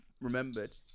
remembered